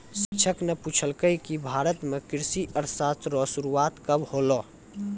शिक्षक न पूछलकै कि भारत म कृषि अर्थशास्त्र रो शुरूआत कब होलौ